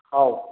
ହଉ